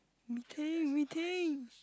meeting meeting